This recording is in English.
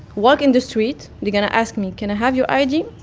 walk in the street. they're going to ask me, can i have your id?